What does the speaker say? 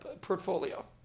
portfolio